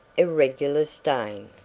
irregular stain.